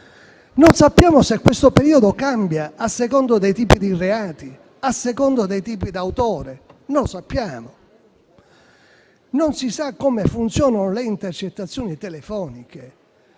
non sappiamo se questo periodo cambi a seconda dei tipi di reati, a seconda dei tipi d'autore. Non si sa come funzionino le intercettazioni telefoniche.